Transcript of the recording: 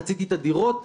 רציתי את הדירות,